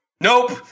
Nope